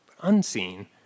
Unseen